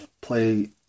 play